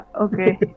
Okay